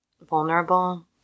vulnerable